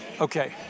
Okay